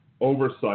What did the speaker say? oversight